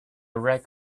wreck